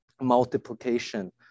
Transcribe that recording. multiplication